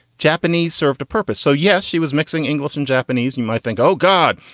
japanese served a purpose. so, yes, she was mixing english from japanese. you might think, oh, god,